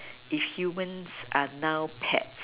if humans are now pets